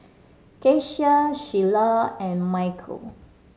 Keshia Shiela and Mykel